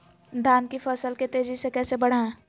धान की फसल के तेजी से कैसे बढ़ाएं?